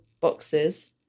boxes